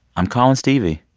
i'm calling stevie?